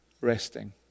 resting